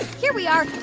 here we are.